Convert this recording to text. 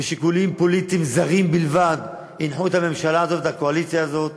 ושיקולים פוליטיים זרים בלבד הנחו את הממשלה הזאת ואת הקואליציה הזאת.